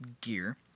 gear